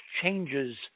changes